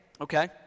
okay